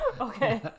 Okay